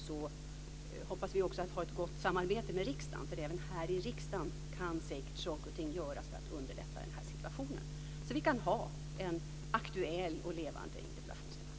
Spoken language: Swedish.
Vi hoppas också att ha ett gott samarbete med riksdagen, för även här i riksdagen kan säkert saker och ting göras för att underlätta denna situation, så att vi kan ha en aktuell och levande interpellationsdebatt.